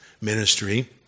ministry